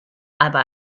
aber